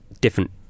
different